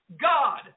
God